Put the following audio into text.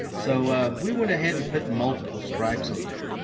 so we went ahead and put multiple stripes on there.